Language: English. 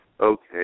okay